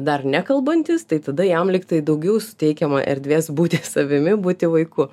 dar nekalbantis tai tada jam lygtai daugiau suteikiama erdvės būti savimi būti vaiku